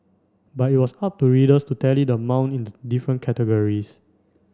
but it was up to readers to tally the amount in the different categories